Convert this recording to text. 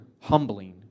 humbling